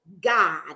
God